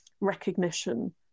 recognition